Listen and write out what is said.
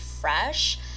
fresh